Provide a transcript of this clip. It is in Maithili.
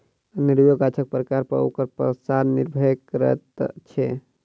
अनेरूआ गाछक प्रकार पर ओकर पसार निर्भर करैत छै